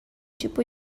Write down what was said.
tipo